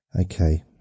Okay